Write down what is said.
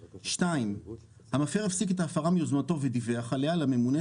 (מקריא) 2. המפר הפסיק את ההפרה מיוזמתו ודיווח עליה לממונה,